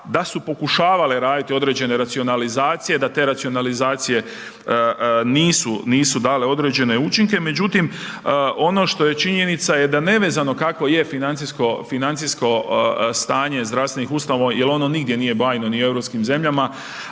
da su pokušavale raditi određene racionalizacije, da te racionalizacije nisu dale određene učinke. Međutim, ono što je činjenica je da nevezano kako je financijsko stanje zdravstvenih ustanova, jer ono nigdje nije bajno ni u europskim zemljama